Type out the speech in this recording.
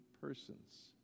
persons